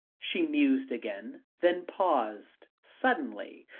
she mused again then paused suddenly,